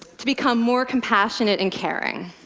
to become more compassionate and caring.